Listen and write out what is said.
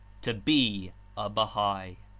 to be a bahai.